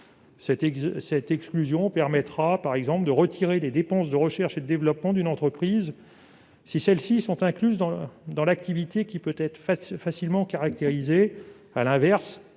Cette exclusion permettra de retirer les dépenses de recherche et de développement d'une entreprise si celles-ci sont incluses dans une activité pouvant être facilement caractérisée. Elle